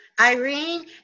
Irene